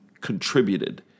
contributed